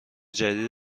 جدید